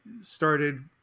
started